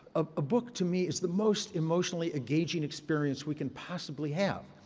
a book to me is the most emotionally engaging experience we can possibly have.